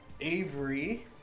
Avery